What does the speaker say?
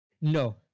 no